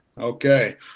Okay